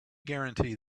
guarantee